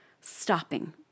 stopping